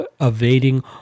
evading